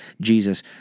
Jesus